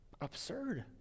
absurd